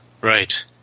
Right